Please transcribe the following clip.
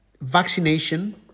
vaccination